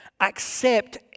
accept